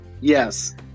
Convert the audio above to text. yes